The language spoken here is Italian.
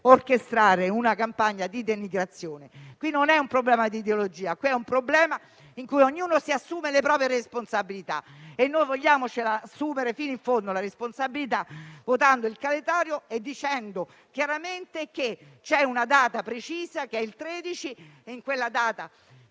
orchestrando una campagna di denigrazione. Qui non è un problema di ideologia; il problema è che ognuno si deve assumere le proprie responsabilità e noi vogliamo assumerci fino in fondo questa responsabilità, votando il calendario e dicendo chiaramente che c'è una data precisa, che è il 13 luglio. In quella data